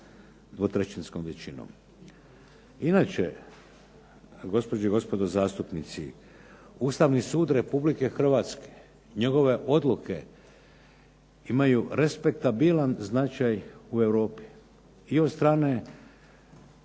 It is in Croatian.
dvotrećinskom većinom. Inače gospođe i gospodo zastupnici, Ustavni sud Republike Hrvatske, njegove odluke imaju respektabilan značaj u Europi i od strane